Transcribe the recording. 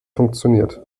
funktioniert